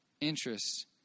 interests